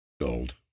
gold